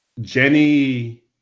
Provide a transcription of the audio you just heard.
Jenny